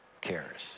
cares